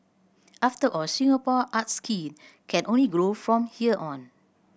after all Singapore art scene can only grow from here on